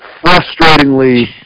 frustratingly